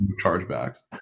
chargebacks